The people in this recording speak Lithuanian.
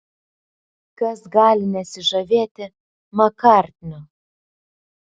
kas gali nesižavėti makartniu